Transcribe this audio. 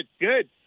good